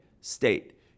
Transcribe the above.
state